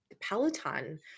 Peloton